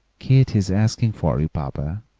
keith is asking for you, papa,